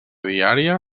diària